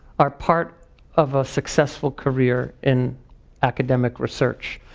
are part of a successful career in academic research.